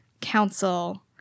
Council